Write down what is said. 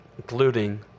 including